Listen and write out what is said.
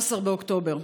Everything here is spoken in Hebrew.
13 באוקטובר,